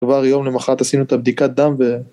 כבר יום למחרת עשינו את הבדיקת דם ו...